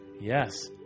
Yes